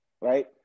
right